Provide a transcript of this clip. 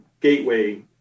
gateway